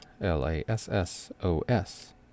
L-A-S-S-O-S